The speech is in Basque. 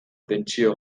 tentsio